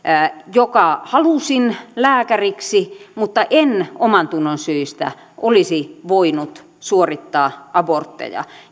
joka halusi lääkäriksi mutta ei omantunnonsyistä olisi voinut suorittaa abortteja